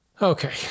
Okay